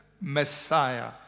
Messiah